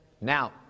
Now